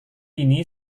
ini